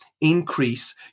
increase